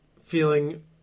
feeling